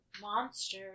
monster